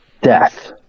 death